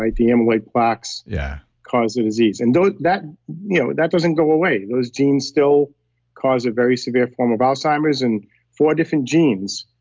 like the amyloid box yeah caused the disease. and that you know that doesn't go away, those genes still cause a very severe form of alzheimer's and four different genes.